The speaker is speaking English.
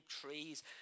trees